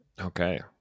okay